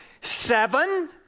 Seven